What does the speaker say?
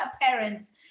parents